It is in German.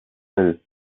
mill